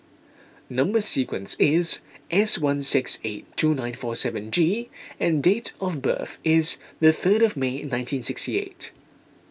Number Sequence is S one six eight two nine four seven G and date of birth is the third of May nineteen sixty eight